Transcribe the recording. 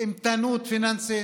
איתנות פיננסית,